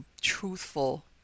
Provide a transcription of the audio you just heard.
truthful